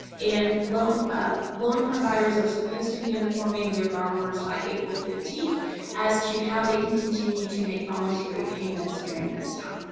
and loan ah loan providers are supposed to be informing their borrowers by april fifteen as to how they can continue to make voluntary payments during this time.